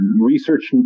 Research